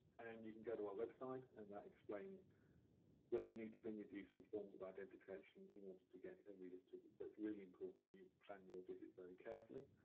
and you can go to our website and that explains whether you need to bring with you some forms of identification in order to get a and reader's ticket. so it's really important you plan your visit very carefully.